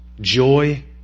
joy